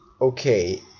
okay